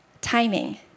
timing